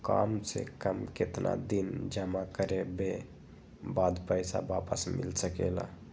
काम से कम केतना दिन जमा करें बे बाद पैसा वापस मिल सकेला?